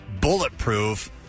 bulletproof